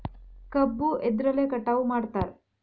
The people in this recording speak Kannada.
ಕಬ್ಬು ಎದ್ರಲೆ ಕಟಾವು ಮಾಡ್ತಾರ್?